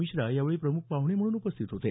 मिश्रा यावेळी प्रमुख पाहुणे म्हणून उपस्थित होते